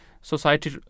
society